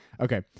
Okay